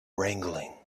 wrangling